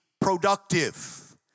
productive